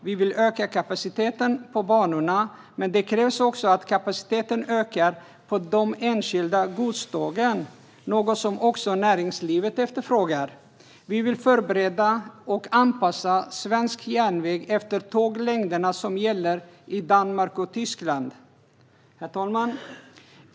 Vi vill öka kapaciteten på banorna, men det krävs också att kapaciteten ökar för de enskilda godstågen - något även näringslivet efterfrågar. Vi vill förbereda och anpassa svensk järnväg efter de tåglängder som gäller i Danmark och Tyskland. Herr talman!